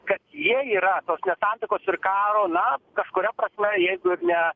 kad jie yra tos nesantaikos ir karo na kažkuria prasme jeigu ir ne